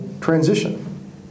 transition